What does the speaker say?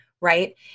Right